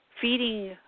feeding